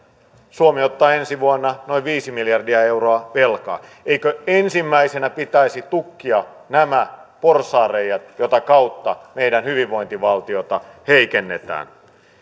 suomi ottaa ensi vuonna noin viisi miljardia euroa velkaa eikö ensimmäisenä pitäisi tukkia nämä porsaanreiät joiden kautta meidän hyvinvointivaltiota heikennetään